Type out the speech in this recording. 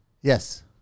Yes